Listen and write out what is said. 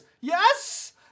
Yes